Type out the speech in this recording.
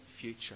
future